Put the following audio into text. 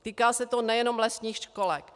Týká se to nejenom lesních školek.